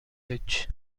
hitch